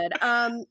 good